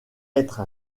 être